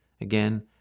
Again